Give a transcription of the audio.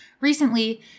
Recently